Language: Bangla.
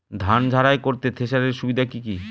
ধান ঝারাই করতে থেসারের সুবিধা কি কি?